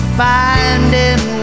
finding